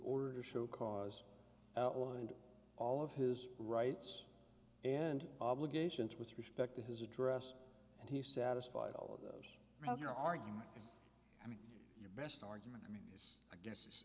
order show cause outlined all of his rights and obligations with respect to his address and he satisfied all of those rather argument is your best argument against